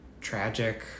tragic